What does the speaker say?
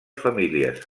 famílies